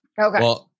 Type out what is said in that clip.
Okay